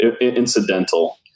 incidental